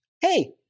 hey